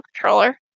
controller